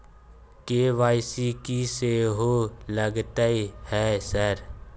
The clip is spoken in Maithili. के.वाई.सी की सेहो लगतै है सर?